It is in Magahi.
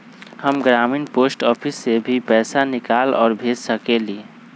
हम ग्रामीण पोस्ट ऑफिस से भी पैसा निकाल और भेज सकेली?